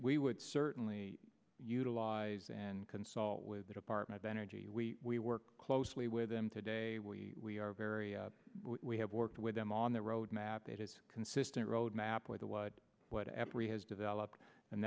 we would certainly utilize and consult with the department of energy we work closely with them today we are very we have worked with them on the roadmap that is consistent roadmap with the what what every has developed and